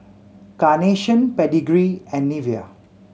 Carnation Pedigree and Nivea